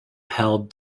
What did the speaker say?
held